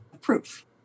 proof